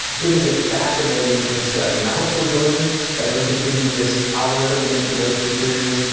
it is a fascinating discussion. i hope you'll join me as we continue this algorithm manipulation series.